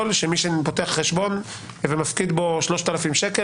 שמי שפותח חשבון ומפקיד בו 3,000 שקל,